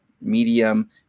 medium